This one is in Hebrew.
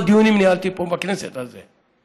כמה דיונים ניהלתי פה בכנסת על זה.